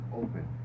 open